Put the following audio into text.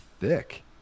thick